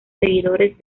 seguidores